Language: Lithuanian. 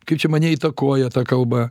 kaip čia mane įtakoja ta kalba